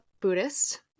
Buddhist